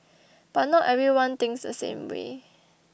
but not everyone thinks the same way